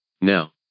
Now